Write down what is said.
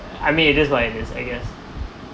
I mean it is what it is I guess